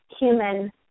human